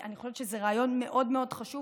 ואני חושבת שזה רעיון מאוד מאוד חשוב,